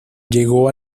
llegó